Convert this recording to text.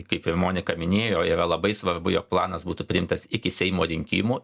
kaip ir monika minėjo yra labai svarbu jog planas būtų priimtas iki seimo rinkimų